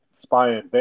spying